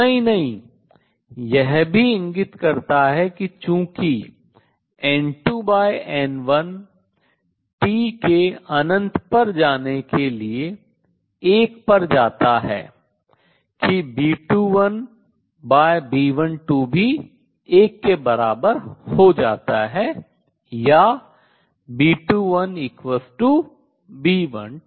इतना ही नहीं यह भी इंगित करता है कि चूँकि N2 N1 T के अनंत पर जाने के लिए 1 पर जाता है कि B21 B12 भी 1 के बराबर है या B21 B12